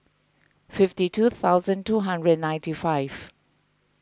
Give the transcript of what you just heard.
fifty two thousand two hundred and ninety five